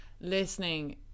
listening